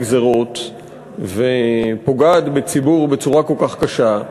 גזירות ופוגעת בציבור בצורה כל כך קשה,